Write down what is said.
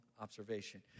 observation